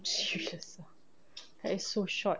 that's so short